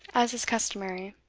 as is customary.